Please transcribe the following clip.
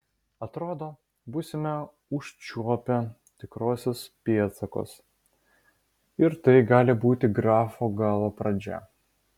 atrodo būsime užčiuopę tikruosius pėdsakus ir tai gali būti grafo galo pradžia